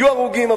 יהיו הרוגים,